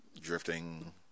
drifting